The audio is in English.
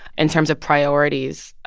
in terms of priorities,